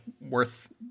worth